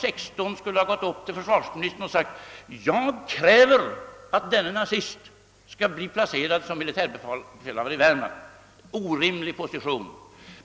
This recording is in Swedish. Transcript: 16 i regeringsformen, skulle gått upp till försvarsministern och sagt: Jag kräver att denne nazist skall bli placerad som <:militärbefälhavare i Värmland! En orimlig position!